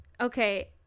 okay